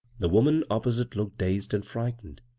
the woman opposite looked dazed and frightened.